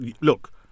look